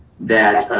that